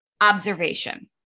observation